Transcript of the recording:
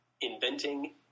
inventing